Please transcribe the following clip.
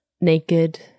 naked